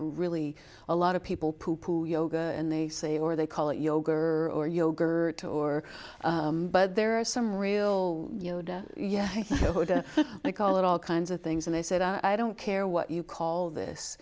really a lot of people yoga and they say or they call it yoga or yogurt or but there are some real yeah i think i call it all kinds of things and i said i don't care what you call this